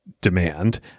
demand